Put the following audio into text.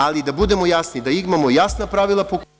Ali, da budemo jasni, da imamo jasna pravila.